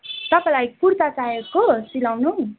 तपाईँलाई कुर्ता चाहिएको सिलाउनु